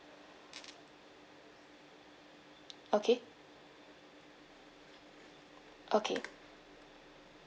okay okay